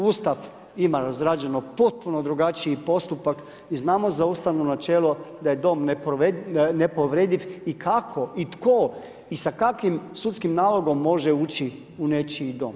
Ustav ima razgrađeno potpuno drugačiji postupak i znamo za ustavno načelo da je dom nepovrediv i kako i tko i sa kakvim sudskim nalogom može ući u nečiji dom.